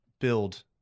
build